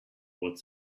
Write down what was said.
what